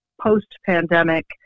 post-pandemic